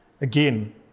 Again